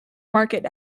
market